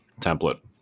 template